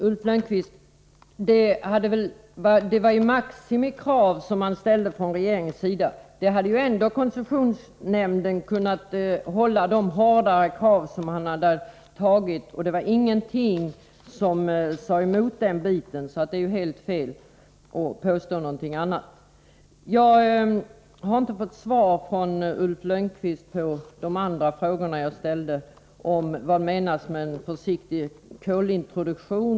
Herr talman! Det var ju maximikrav man ställde från regeringens sida. Koncessionsnämnden hade ändå kunnat hålla de hårdare krav man hade antagit. Det var ingenting som sade emot den biten. Det är helt fel att påstå någonting annat. Jag har inte fått svar från Ulf Lönnqvist på frågan jag ställde om vad som menas med en försiktig kolintroduktion.